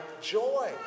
joy